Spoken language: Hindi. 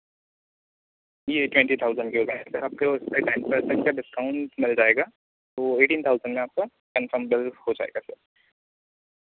ये ट्वेन्टी थाउज़ेंड के बैग सर आपके उसपे टेन पर्सेन्ट का डिस्काउंट मिल जाएगा तो एटीन थाउज़ेंड में आपका कन्फ़र्म बिल हो जाएगा सर